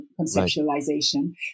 conceptualization